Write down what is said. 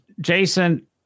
Jason